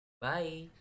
Bye